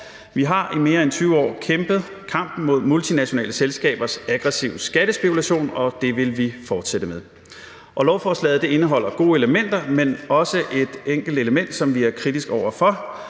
Vi har i mere end 20 år kæmpet kampen mod multinationale selskabers aggressive skattespekulation, og det vil vi fortsætte med. Lovforslaget indeholder gode elementer, men også et enkelt element, som vi er kritiske over for,